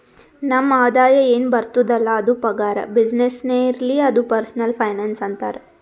ನಮ್ ಆದಾಯ ಎನ್ ಬರ್ತುದ್ ಅಲ್ಲ ಅದು ಪಗಾರ, ಬಿಸಿನ್ನೆಸ್ನೇ ಇರ್ಲಿ ಅದು ಪರ್ಸನಲ್ ಫೈನಾನ್ಸ್ ಅಂತಾರ್